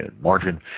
margin